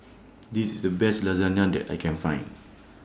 This IS The Best Lasagna that I Can Find